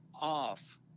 off